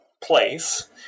place